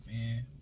man